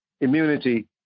immunity